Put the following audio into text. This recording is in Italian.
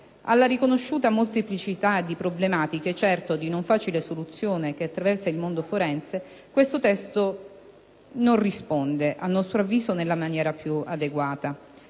Alla riconosciuta molteplicità di problematiche (certo, di non facile soluzione) che attraversa il mondo forense questo testo non risponde, a nostro avviso, nella maniera più adeguata.